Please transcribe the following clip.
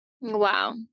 Wow